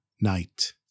night